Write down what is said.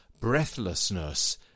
breathlessness